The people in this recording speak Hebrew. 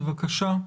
בבקשה,